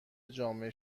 جامعه